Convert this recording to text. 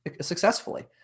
successfully